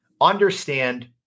understand